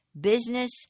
business